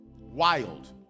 Wild